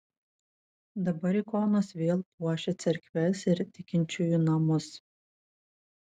dabar ikonos vėl puošia cerkves ir tikinčiųjų namus